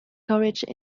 carriages